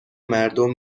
مردم